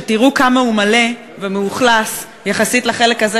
שתראו כמה הוא מלא ומאוכלס יחסית לחלק הזה,